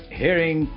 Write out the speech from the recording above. hearing